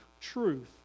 truth